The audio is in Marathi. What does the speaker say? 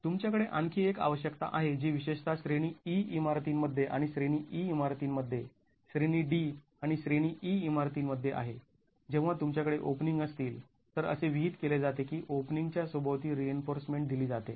तुमच्याकडे आणखी एक आवश्यकता आहे जी विशेषतः श्रेणी E इमारतींमध्ये आणि श्रेणी E इमारतींमध्ये श्रेणी D आणि श्रेणी E इमारतींमध्ये आहे जेव्हा तुमच्याकडे ओपनिंग असतील तर असे विहित केले जाते की ओपनिंग च्या सभोवती रिइन्फोर्समेंट दिली जाते